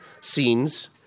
scenes